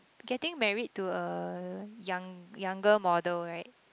getting married to a young younger model right